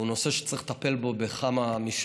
הוא נושא שצריך לטפל בו בכמה מישורים.